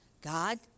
God